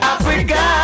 Africa